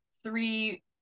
three